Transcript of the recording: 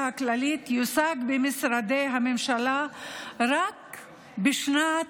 הכללית יושג במשרדי הממשלה רק בשנת,